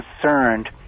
concerned